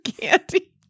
candy